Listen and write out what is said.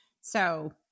So-